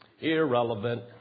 irrelevant